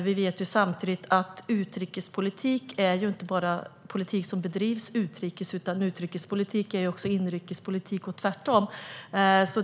Vi vet samtidigt att utrikespolitik inte bara är politik som bedrivs utrikes utan att utrikespolitik också är inrikespolitik och tvärtom.